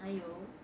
还有